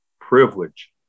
privilege